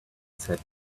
said